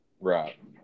Right